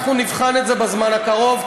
אנחנו נבחן את זה בזמן הקרוב.